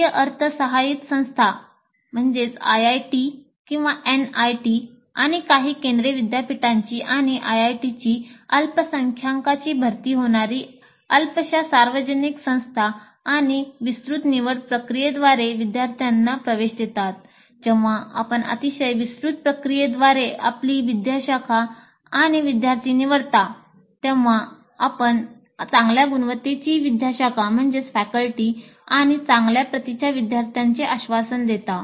केंद्रीय अर्थसहाय्यित संस्था आयआयटीची आणि चांगल्या प्रतीच्या विद्यार्थ्यांचे आश्वासन देता